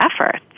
efforts